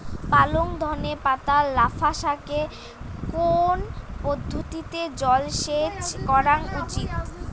পালং ধনে পাতা লাফা শাকে কোন পদ্ধতিতে জল সেচ করা উচিৎ?